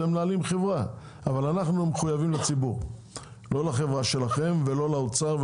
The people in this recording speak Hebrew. אתם מנהלים חברה אבל אנחנו מחויבים לציבור ולא לחברה שלכם ולא לאוצר.